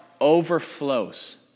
overflows